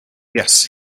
yes